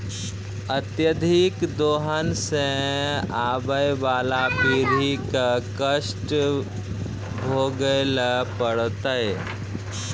अत्यधिक दोहन सें आबय वाला पीढ़ी क कष्ट भोगै ल पड़तै